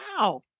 Wow